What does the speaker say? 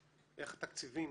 איך התקציבים,